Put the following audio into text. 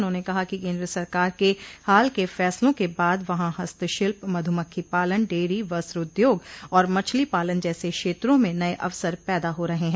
उन्होंने कहा कि केन्द्र सरकार के हाल के फैसलों के बाद वहां हस्तशिल्प मधुमक्खी पालन डेयरी वस्त्र उद्योग और मछली पालन जैसे क्षेत्रों में नये अवसर पैदा हो रहे हैं